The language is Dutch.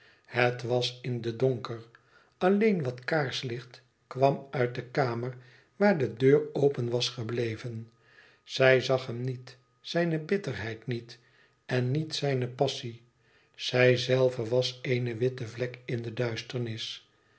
het was in den donker alleen wat kaarslicht kwam uit de kamer waar de deur open was gebleven zij zag hem niet zijne bitterheid niet en niet zijne passie zijzelve was een witte vlek in de duisternis